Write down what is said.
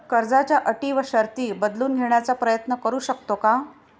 कर्जाच्या अटी व शर्ती बदलून घेण्याचा प्रयत्न करू शकतो का?